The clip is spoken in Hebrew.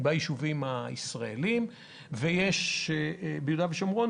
ביישובים הישראליים ביהודה ושומרון